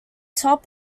top